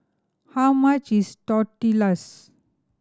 how much is Tortillas